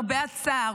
למרבה הצער,